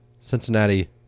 Cincinnati